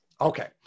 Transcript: Okay